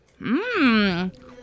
Mmm